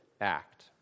act